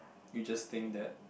you just think that